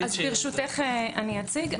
אציג.